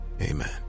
amen